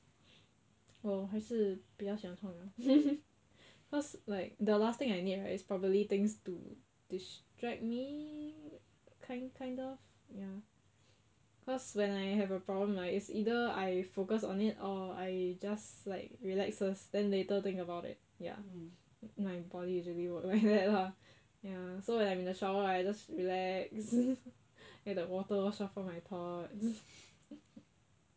我还是比较喜欢冲凉 cause like the last thing I need right is probably things to distract me kind kind of ya cause when I have a problem right it's either I focus on it or I just like relax first then later think about it ya my body usually work like that lah ya so when I in a shower right I just relax let the water shuffer my pores